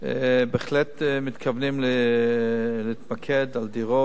בהחלט מתכוונים להתמקד בדירות.